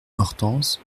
hortense